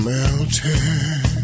Melted